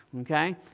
Okay